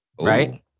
Right